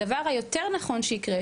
הדבר היותר נכון שיקרה,